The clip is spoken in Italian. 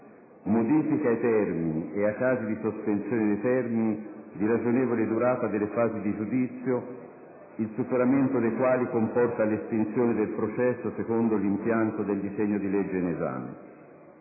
modifica ai termini - e ai casi di sospensione dei termini - di ragionevole durata delle fasi di giudizio, il superamento dei quali comporta l'estinzione del processo secondo l'impianto del disegno di legge in esame;